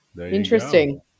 Interesting